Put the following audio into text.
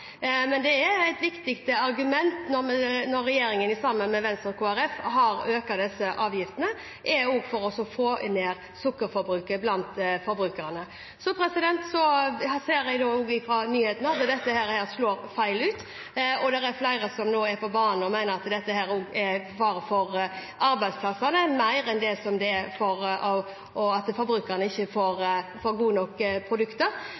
Men det er et viktig argument når regjeringen sammen med Venstre og Kristelig Folkeparti har økt disse avgiftene, å få ned sukkerforbruket blant forbrukerne. Jeg ser i nyhetene at dette slår feil ut, og det er flere som nå er på banen og mener det er fare for arbeidsplasser mer enn for at forbrukerne ikke får gode nok produkter. Men det er for tidlig å si hvordan dette vil slå ut. Jeg er opptatt av at forbrukerne skal gjøre sunne, gode valg, og at de skal ha et mangfold av produkter.